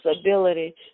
ability